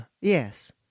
Yes